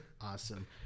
Awesome